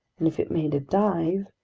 and if it made a dive,